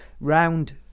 round